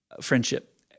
Friendship